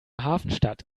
hafenstadt